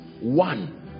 One